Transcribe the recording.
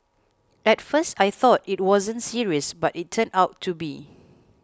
at first I thought it wasn't serious but it turned out to be